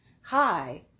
hi